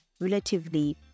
relatively